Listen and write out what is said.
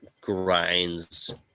grinds